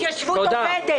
התיישבות עובדת -- רויטל,